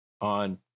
on